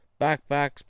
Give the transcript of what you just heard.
backpacks